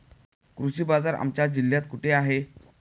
कृषी बाजार आमच्या जिल्ह्यात कुठे आहे?